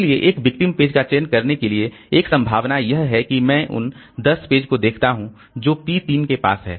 इसलिए एक victim page का चयन करने के लिए एक संभावना यह है कि मैं उन 10 पेज को देखता हूं जो p 3 के पास हैं